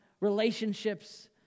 relationships